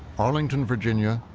arlington, virginia,